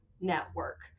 network